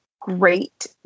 great